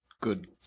Good